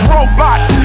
Robots